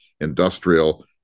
industrial